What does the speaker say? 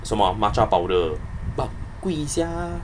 什么 uh matcha powder but 贵 sia